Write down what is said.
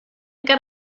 got